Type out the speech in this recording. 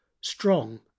strong